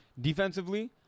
Defensively